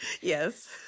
Yes